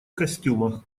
костюмах